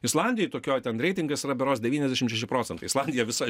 islandijoj tokioj ten reitingas yra berods devyniasdešim šeši procentai islandija visa